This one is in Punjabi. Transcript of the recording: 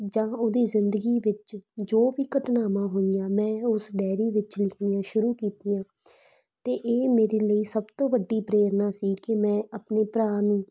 ਜਾਂ ਉਹਦੀ ਜ਼ਿੰਦਗੀ ਵਿੱਚ ਜੋ ਵੀ ਘਟਨਾਵਾਂ ਹੋਈਆਂ ਮੈਂ ਉਸ ਡਾਇਰੀ ਵਿੱਚ ਲਿਖਣੀਆਂ ਸ਼ੁਰੂ ਕੀਤੀਆਂ ਤੇ ਇਹ ਮੇਰੇ ਲਈ ਸਭ ਤੋਂ ਵੱਡੀ ਪ੍ਰੇਰਨਾ ਸੀ ਕਿ ਮੈਂ ਆਪਣੇ ਭਰਾ ਨੂੰ